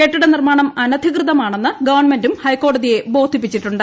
കെട്ടിട നിർമ്മാണം അനധികൃതമാണെന്ന് ഗവൺമെന്റും ഹൈക്കോടതിയെ ബോധിപ്പിച്ചിട്ടുണ്ട്